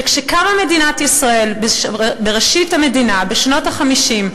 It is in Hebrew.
כשקמה מדינת ישראל, בראשית המדינה, בשנות ה-50,